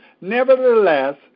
Nevertheless